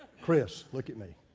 chris, look at me.